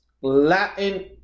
Latin